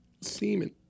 semen